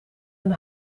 een